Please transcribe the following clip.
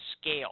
scale